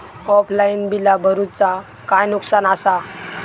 Offline बिला भरूचा काय नुकसान आसा?